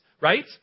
Right